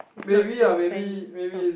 is not so friendly no